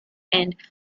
and